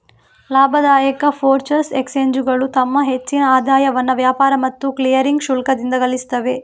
ಲಾಭದಾಯಕ ಫ್ಯೂಚರ್ಸ್ ಎಕ್ಸ್ಚೇಂಜುಗಳು ತಮ್ಮ ಹೆಚ್ಚಿನ ಆದಾಯವನ್ನ ವ್ಯಾಪಾರ ಮತ್ತು ಕ್ಲಿಯರಿಂಗ್ ಶುಲ್ಕದಿಂದ ಗಳಿಸ್ತವೆ